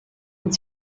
und